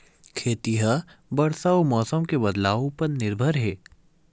खेती हा बरसा अउ मौसम के बदलाव उपर निर्भर हे